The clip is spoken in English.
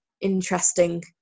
interesting